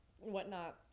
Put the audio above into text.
whatnot